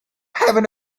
having